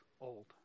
old